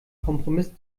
kompromiss